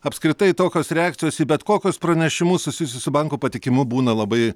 apskritai tokios reakcijos į bet kokius pranešimus susijusius su banko patikimumu būna labai